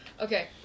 Okay